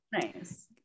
Nice